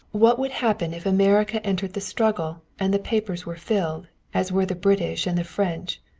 what would happen if america entered the struggle and the papers were filled, as were the british and the french,